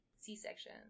C-section